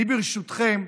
אני, ברשותכם,